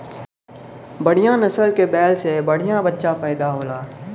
बढ़िया नसल के बैल से बढ़िया बच्चा पइदा होला